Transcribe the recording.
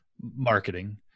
marketing